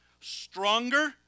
stronger